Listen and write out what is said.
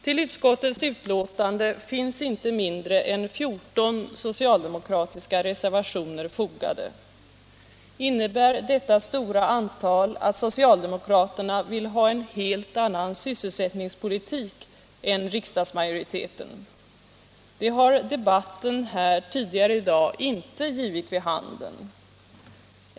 Till utskottets betänkande finns inte mindre än 14 socialdemokratiska reservationer fogade. Innebär detta stora antal att socialdemokraterna vill ha en helt annan sysselsättningspolitik än riksdagsmajoriteten? Det har debatten här tidigare i dag inte givit vid handen.